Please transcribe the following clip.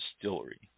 Distillery